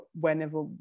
whenever